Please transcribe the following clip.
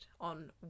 on